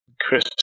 Chris